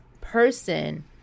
person